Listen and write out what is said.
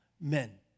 men